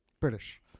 British